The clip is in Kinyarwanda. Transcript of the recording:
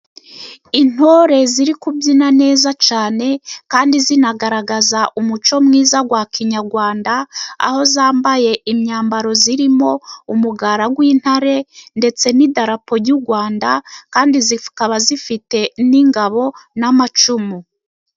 Intore ziri kubyina neza cyane, kandi zinagaragaza umuco mwiza wa kinyarwanda, aho zambaye imyambaro zirimo umugara w'intare ndetse n'idarapo ry'u Rwanda. Kandi zikaba zifite n'ingabo n'amacumu.